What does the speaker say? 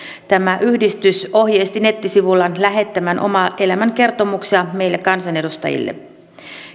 tämä yhdistys ohjeisti nettisivuillaan lähettämään omia elämänkertomuksia meille kansanedustajille